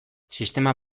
sistema